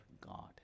God